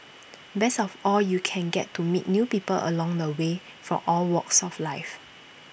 best of all you can get to meet new people along the way from all walks of life